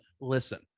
listen